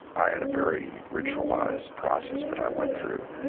i had a very ritualized process that i went through.